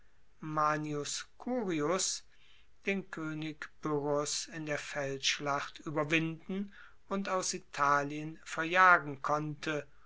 manius curius den koenig pyrrhos in der feldschlacht ueberwinden und aus italien verjagen konnte